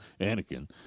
Anakin